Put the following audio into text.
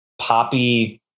poppy